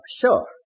Sure